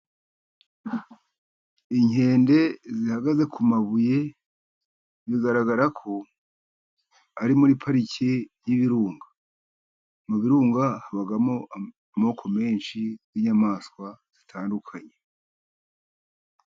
Inkende zihagaze ku mabuye bigaragara ko ari muri Pariki y'Ibirunga. Mu birunga habamo amoko menshi y'inyamaswa zitandukanye.